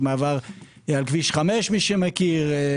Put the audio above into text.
יש מעבר על כביש 5, חיזמה,